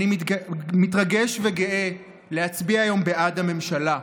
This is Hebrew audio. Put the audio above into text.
אני מתרגש וגאה להצביע היום בעד הממשלה,